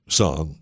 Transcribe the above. song